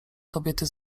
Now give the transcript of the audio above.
kobiety